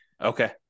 Okay